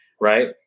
Right